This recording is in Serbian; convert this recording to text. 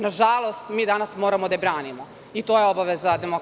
Nažalost, mi danas moramo da je branimo i to je obaveza DS.